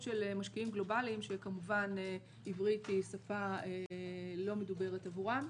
של משקיעים גלובאליים שכמובן עברית היא שפה לא מדוברת עבורם.